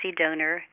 donor